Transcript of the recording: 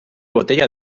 botella